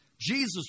Jesus